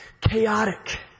chaotic